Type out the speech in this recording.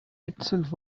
itself